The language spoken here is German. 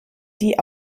die